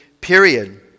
period